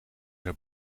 zou